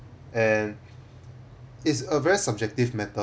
and it's a very subjective matter